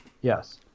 yes